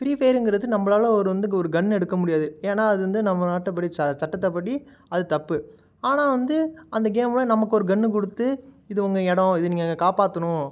ஃபிரீஃபையருங்கிறது நம்மளால ஒரு வந்து ஒரு கன் எடுக்க முடியாது ஏன்னா அது வந்து நம்ம நாட்டுபடி சட்டத்துபடி அது தப்பு ஆனால் வந்து அந்த கேம்ல நமக்கு ஒரு கன் கொடுத்து இது உங்கள் இடோம் இது நீங்கள் காப்பாத்தணும்